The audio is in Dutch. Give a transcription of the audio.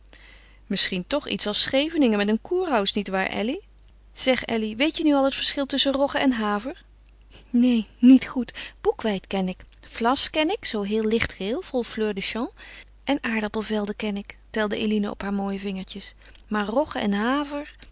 minstens toch iets als scheveningen met een kurhaus nietwaar elly zeg elly weet je nu al het verschil tusschen rogge en haver neen niet goed boekweit ken ik vlas ken ik zoo heel lichtgeel vol fleurs des champs en aardappelvelden ken ik telde eline op haar mooie vingertjes maar rogge en haver